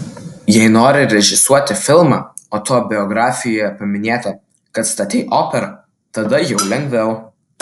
jei nori režisuoti filmą o tavo biografijoje paminėta kad statei operą tada jau lengviau